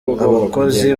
abakozi